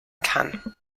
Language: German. kann